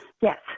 Yes